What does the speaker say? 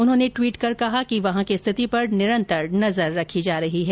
उन्होंने ट्वीट कर कहा कि वहां की स्थिति पर निरंतर नजर रखी जा रही है